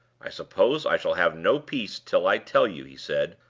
i suppose i shall have no peace till i tell you, he said,